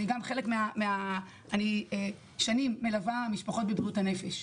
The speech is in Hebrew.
אני גם חלק אני כבר שנים מלווה משפחות בבריאות הנפש.